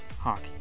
hockey